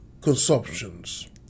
consumptions